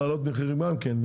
להעלות מחירים גם כן.